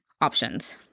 options